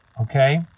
okay